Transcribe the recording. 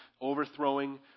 overthrowing